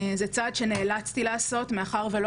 אלא שזה צעד שנאלצתי לעשות וזאת מאחר ולא